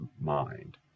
mind